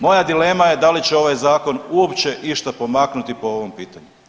Moja dilema je da li će ovaj zakon uopće išta pomaknuti po ovom pitanju?